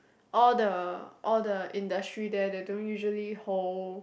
all the all the industry there they don't usually hold